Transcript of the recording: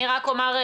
אני רק אומר,